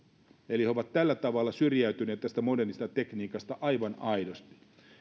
eli he ovat tällä tavalla syrjäytyneet tästä modernista tekniikasta aivan aidosti